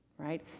right